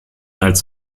als